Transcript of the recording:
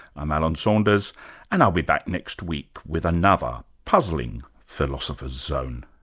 i'm alan saunders and i'll be back next week with another puzzling philosopher's zone